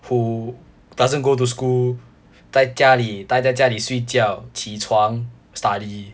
who doesn't go to school 在家里待在家里睡觉起床 study